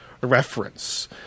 reference